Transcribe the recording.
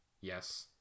Yes